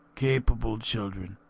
capable children,